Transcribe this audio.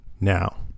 now